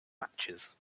matches